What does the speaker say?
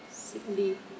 seedly